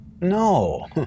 No